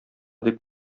дип